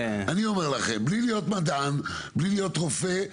אני אומר לכם בלי להיות מדען ובלי להיות רופא,